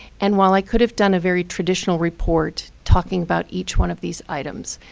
and while i could have done a very traditional report, talking about each one of these items,